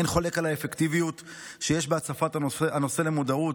אין חולק על האפקטיביות שיש בהצפת הנושא למודעות.